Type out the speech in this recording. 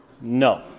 No